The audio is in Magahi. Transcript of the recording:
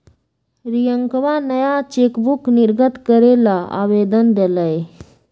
रियंकवा नया चेकबुक निर्गत करे ला आवेदन देलय